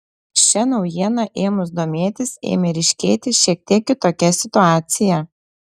šia naujiena ėmus domėtis ėmė ryškėti šiek tiek kitokia situacija